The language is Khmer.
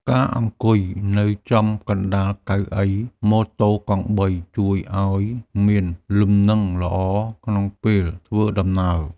ការអង្គុយនៅចំកណ្តាលកៅអីម៉ូតូកង់បី ជួយឱ្យមានលំនឹងល្អក្នុងពេលធ្វើដំណើរ។